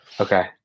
okay